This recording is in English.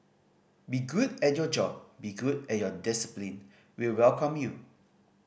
be good at your job be good at your discipline we'll welcome you